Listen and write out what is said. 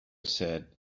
said